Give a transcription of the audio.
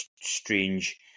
strange